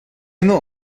نوع